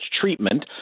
treatment